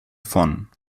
von